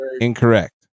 incorrect